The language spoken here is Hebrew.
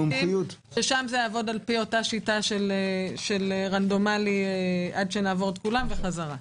ששם זה יעבוד לפי השיטה של רנדומלי עד שנעבור את כולם וחזרה.